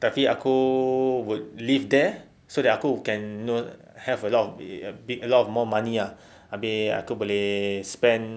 tapi aku would live there so aku can know have a lot of make a lot of more money ah abeh aku boleh spend